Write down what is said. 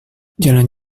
jalan